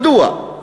מדוע?